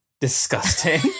disgusting